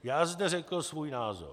Já zde řekl svůj názor.